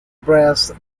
brass